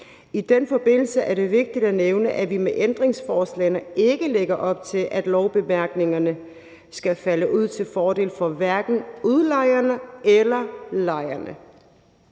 I den forbindelse er det vigtigt at nævne, at vi med ændringsforslagene lægger op til, at lovbemærkningerne hverken skal falde ud til fordel for udlejerne eller lejerne.